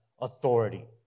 authority